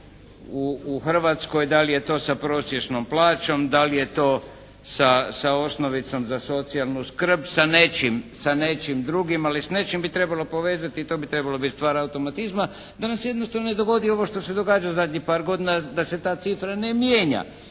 u Hrvatskoj, da li je to sa prosječnom plaćom, da li je to sa osnovicom za socijalnu skrb, sa nečim drugim, ali s nečim bi trebalo povezati i to bi trebala biti stvar automatizma da nam se jednostavno ne dogodi ovo što se događa zadnjih par godina da se ta cifra ne mijenja